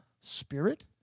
spirit